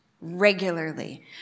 regularly